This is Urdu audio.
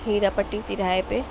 ہیرا پٹی تراہے پہ